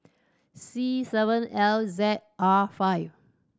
C seven L Z R five